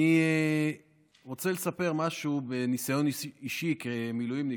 אני רוצה לספר משהו מניסיון אישי כמילואימניק.